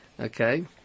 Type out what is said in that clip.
Okay